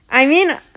I mean